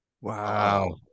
Wow